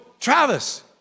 Travis